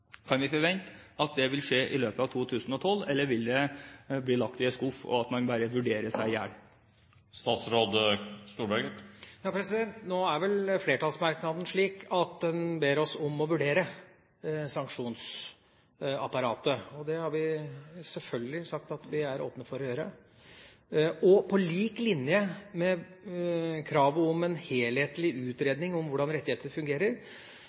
Kan vi forvente at det vil skje i løpet av 2012, eller vil dette bli lagt i en skuff, slik at man bare vurderer seg i hjel? Nå er vel flertallsmerknaden slik at den ber oss om å vurdere sanksjonsapparatet. Det har vi selvfølgelig sagt at vi er åpne for å gjøre. På lik linje med kravet om en helhetlig utredning om hvordan rettigheter fungerer,